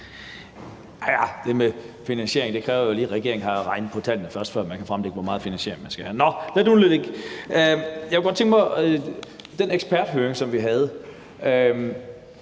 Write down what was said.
det med finansiering kræver jo lige, at regeringen har regnet på tallene først, før man kan fremlægge, hvor meget finansiering man skal have. Nå – lad det nu ligge. I den eksperthøring, som vi havde,